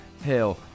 hell